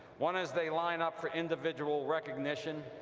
one as they line up for individual recognition,